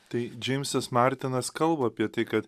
tai džeimsas martinas kalba apie tai ka